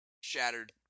shattered